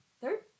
third